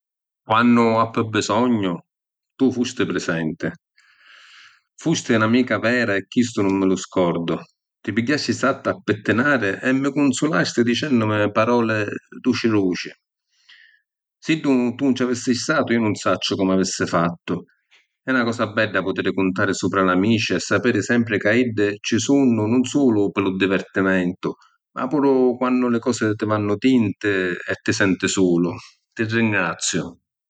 Quannu appi bisognu, tu fusti prisenti. Fusti n’amica vera e chistu nun mi lu scordu. Ti pigghiasti sta ‘atta a pittinari e mi cunsulasti dicennumi palori duci duci. Siddu tu nun ci avisti statu, iu nun sacciu comu avissi fattu. E’ na cosa bedda putiri cuntari supra l’amici e sapiri sempri ca iddi ci sunnu nun sulu pi lu divirtimentu, ma puru quannu li cosi ti vannu tinti e ti senti sulu. Ti ringrazziu.